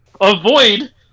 avoid